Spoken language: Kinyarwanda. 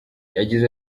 yagize